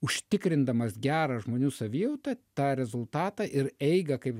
užtikrindamas gerą žmonių savijautą tą rezultatą ir eigą kaip